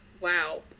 Wow